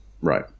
right